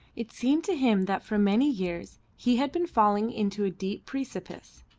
it seemed to him that for many years he had been falling into a deep precipice.